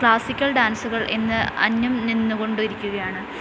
classical ഡാൻസുകൾ ഇന്ന് അന്യം നിന്നുകൊണ്ടുരിക്കുകയാണ്